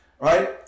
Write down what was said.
right